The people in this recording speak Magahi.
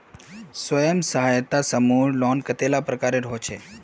स्वयं सहायता समूह लोन कतेला प्रकारेर होचे?